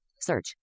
Search